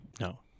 no